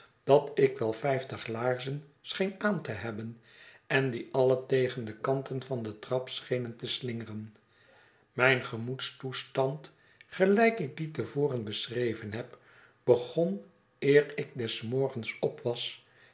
dat ik wel vijftig laarzen scheen aan te hebben en die alle tegen de kanten van de trap schenen te slingeren mijn gemoedstoestand gelijk ik dien te voren beschreven heb begon eer ik des morgens op was